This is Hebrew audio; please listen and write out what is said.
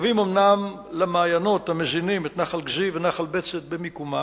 קרובים אומנם למעיינות המזינים את נחל כזיב ונחל בצת במיקומם,